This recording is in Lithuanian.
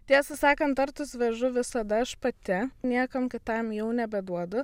tiesą sakant tortus vežu visada aš pati niekam kitam jau nebeduodu